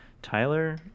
Tyler